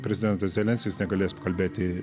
prezidentas zelenskis negalės kalbėti